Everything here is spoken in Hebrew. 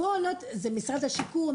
פה זה משרד השיכון?